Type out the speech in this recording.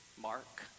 Mark